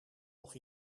nog